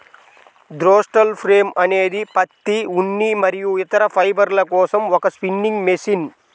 throstle frame అనేది పత్తి, ఉన్ని మరియు ఇతర ఫైబర్ల కోసం ఒక స్పిన్నింగ్ మెషిన్